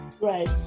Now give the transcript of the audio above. Right